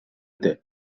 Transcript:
дээ